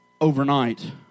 overnight